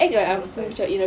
oversized